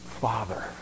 Father